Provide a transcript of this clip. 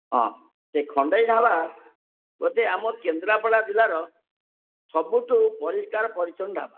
ହଁ ସେ ଖଣ୍ଡାଇ ଢ଼ାବା ପ୍ରତି ଆମ କେନ୍ଦ୍ରାପଡ଼ା ଜିଲ୍ଲାର ସବୁଠୁ ପରିଷ୍କାର ପରିଚ୍ଛନ୍ନ ଢାବା